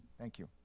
thank you.